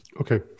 Okay